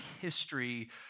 history